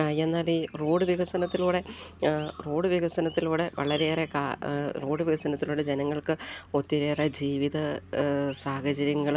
എന്നാല് ഈ റോഡ് വികസനത്തിലൂടെ റോഡ് വികസനത്തിലൂടെ വളരെയേറെ റോഡ് വികസനത്തിലൂടെ ജനങ്ങൾക്ക് ഒത്തിരിയേറെ ജീവിത സാഹചര്യങ്ങള്